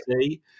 see